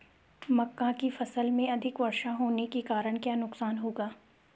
मक्का की फसल में अधिक वर्षा होने के कारण क्या नुकसान होगा?